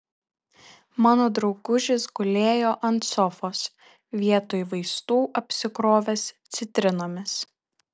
mano draugužis gulėjo ant sofos vietoj vaistų apsikrovęs citrinomis